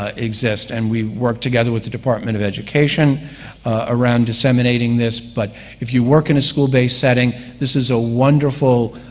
ah exists, and we worked together with the department of education around disseminating this. but if you work in a school-based setting, this is a wonderful